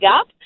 up